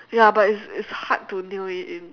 ya but it's it's hard to nail it in